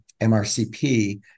MRCP